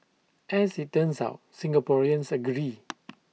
as IT turns out Singaporeans agree